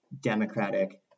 democratic